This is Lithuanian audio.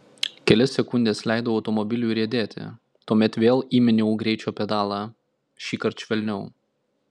kelias sekundes leidau automobiliui riedėti tuomet vėl įminiau greičio pedalą šįkart švelniau